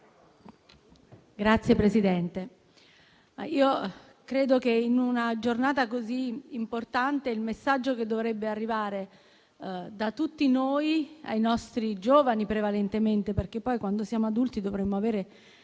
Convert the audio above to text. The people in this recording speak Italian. Signor Presidente, io credo che in una giornata così importante il messaggio che dovrebbe arrivare da tutti noi ai nostri giovani - prevalentemente a loro perché, poi, una volta adulti, dovremmo aver